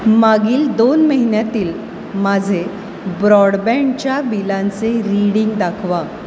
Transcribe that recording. मागील दोन महिन्यातील माझे ब्रॉडबँडच्या बिलांचे रीडिंग दाखवा